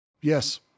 Yes